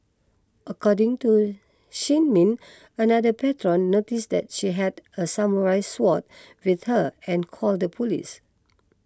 according to Shin Min another patron noticed that she had a samurai sword with her and called the police